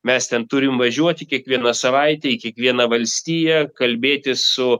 mes ten turim važiuoti kiekvieną savaitę į kiekvieną valstiją kalbėtis su